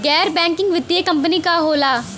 गैर बैकिंग वित्तीय कंपनी का होला?